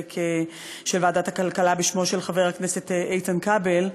של ועדת הכלכלה בשמו של חבר הכנסת איתן כבל.